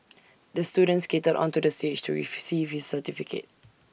the student skated onto the stage to receive his certificate